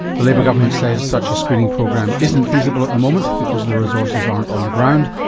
the labor government says such a screening program isn't feasible at the moment because the resources aren't on the ground.